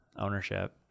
ownership